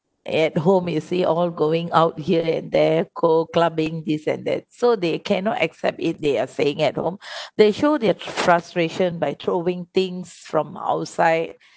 at home you see all going out here and there go clubbing this and that so they cannot accept it they are staying at home they show their frustration by throwing things from outside